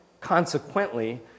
consequently